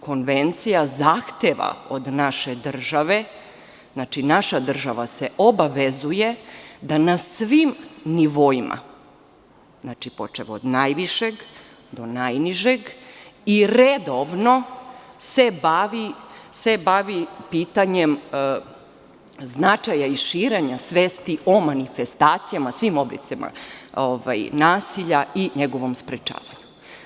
Konvencija zahteva od naše države, znači, naša država se obavezuje da na svim nivoima, počev od najvišeg do najnižeg i redovno se bavi pitanjem značaja i širenja svesti o manifestacijama, svim oblicima nasilja i njegovom sprečavanju.